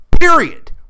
period